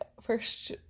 first